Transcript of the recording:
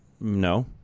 No